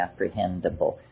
apprehendable